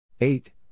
Eight